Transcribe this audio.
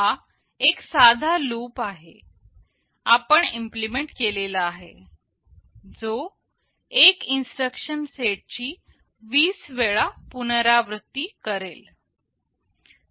हा एक साधा लूप आपण इम्प्लिमेंट केलेला आहे जो एक इन्स्ट्रक्शन सेट ची 20 वेळा पुनरावृत्ती करेल